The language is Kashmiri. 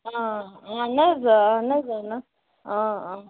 آ اَہَن حظ اَہَن حظ اَہَن حظ آ آ